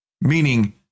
meaning